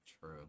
true